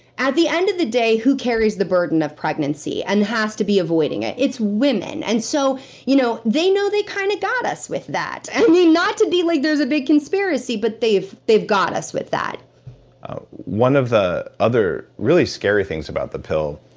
at the end of the day, who carries the burden of pregnancy, and has to be avoiding it? it's women. and so you know they know they kinda kind of got us with that. and not to be like there's a big conspiracy, but they've they've got us with that one of the other really scary things about the pill,